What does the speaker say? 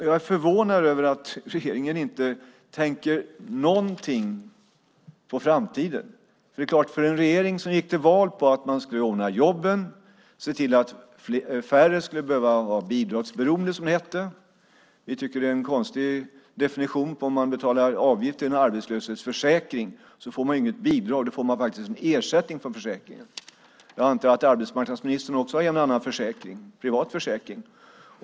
Jag är förvånad över att regeringen inte tänker någonting på framtiden. Det här är en regering som gick till val på att man skulle ordna jobben, se till att färre skulle vara bidragsberoende. Det är en konstig definition att när man betalar avgift till en arbetslöshetsförsäkring tala om bidrag. Det är inget bidrag utan en ersättning från försäkringen. Jag antar att arbetsmarknadsministern också har en och annan privat försäkring.